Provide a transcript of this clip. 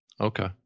Okay